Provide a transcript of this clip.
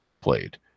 played